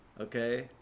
okay